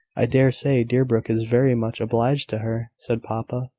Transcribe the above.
i dare say deerbrook is very much obliged to her, said papa.